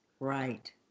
Right